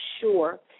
sure